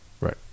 Right